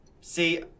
See